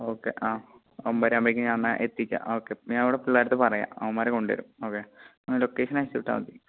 okay ആ ഒമ്പതരയാവുമ്പോഴേക്ക് ഞാൻ തന്നെ എത്തിക്കാം ഓക്കെ ഇപ്പോൾ ഞാനവിടെ പിള്ളേരുടെ അടുത്ത് പറയാം അവന്മാർ കൊണ്ടുവരും ഓക്കെ നിങ്ങൾ ലൊക്കേഷനയച്ചു വിട്ടാൽ മതി